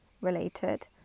related